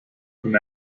from